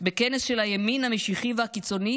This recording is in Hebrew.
בכנס של הימין המשיחי והקיצוני,